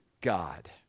God